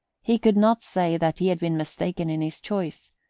he could not say that he had been mistaken in his choice,